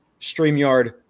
Streamyard